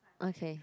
okay